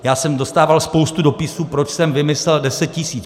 Já jsem dostával spoustu dopisů, proč jsem vymyslel 10 tisíc.